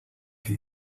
que